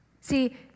See